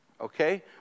okay